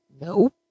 Nope